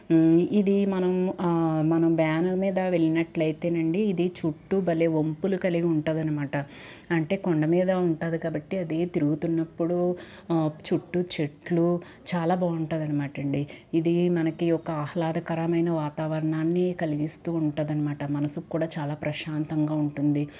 ఇది మనం మన బ్యానర్ మీద వెళ్లినట్లయితే నండి ఇది చుట్టూ భలే ఒంపులు కలిగి ఉంటదనమాట అంటే కొండ మీద ఉంటుంది కాబట్టి అదే తిరుగుతున్నప్పుడు చుట్టూ చెట్లు చాలా బాగుంటుంది అనమాట అండీ ఇది మనకి ఒక ఆహ్లాదకరమైన వాతావరణాన్ని కలిగిస్తూ ఉంటాదనమాట మనసు కూడా చాలా ప్రశాంతంగా ఉంటుంది